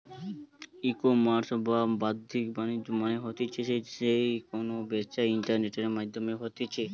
ecommerce বা বাদ্দিক বাণিজ্য মানে হতিছে যেই কেনা বেচা ইন্টারনেটের মাধ্যমে হতিছে